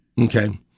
Okay